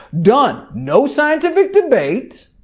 done. no scientific debate,